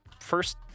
first